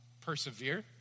persevere